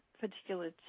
particular